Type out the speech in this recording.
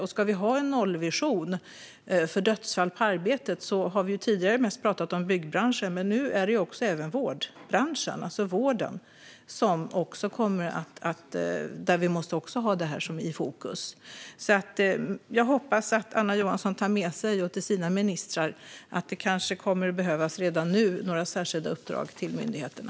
Tidigare har vi mest pratat om en nollvision för dödsfall i byggbranschen, men nu måste vi även ha det i fokus i vården. Jag hoppas att Anna Johansson tar med sig till sina ministrar att det kanske redan nu kan behövas några särskilda uppdrag till myndigheterna.